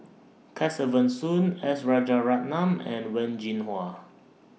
Kesavan Soon S Rajaratnam and Wen Jinhua